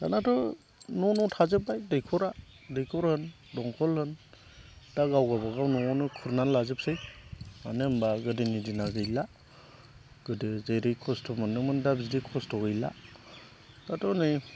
दानाथ' न' न' थाजोब्बाय दैखरा दैखर होन दंखल होन दा गावबा गाव न'आवनो खुरना लाजोबसै मानो होनबा गोदोनि दिना गैला गोदो जेरै खस्त' मोनोमोन दा बिदि खस्त' गैला दाथ' नै